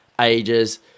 ages